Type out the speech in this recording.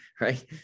right